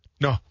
No